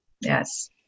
Yes